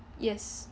yes